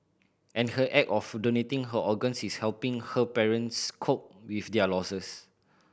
and her act of donating her organs is helping her parents cope with their losses